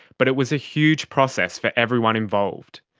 but it was a huge process for everyone involved.